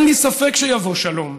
אין לי ספק שיבוא שלום